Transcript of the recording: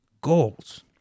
goals